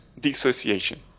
dissociation